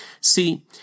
See